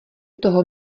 toho